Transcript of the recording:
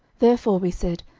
therefore we said,